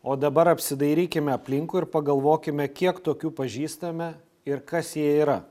o dabar apsidairykime aplinkui ir pagalvokime kiek tokių pažįstame ir kas jie yra